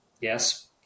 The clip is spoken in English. Yes